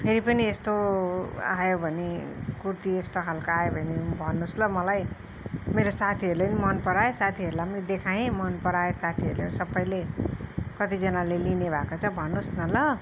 फेरि पनि यस्तो आयो भने कुर्ती यस्तो खालको आयो भने भन्नोस् ल मलाई मेरो साथीहरूले पनि मनपरायो साथीहरूलाई पनि देखाएँ मनपरायो साथीहरूले सबैले कतिजनाले लिने भएको छ भन्नोस् न ल